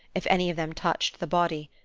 if any of them touched the body.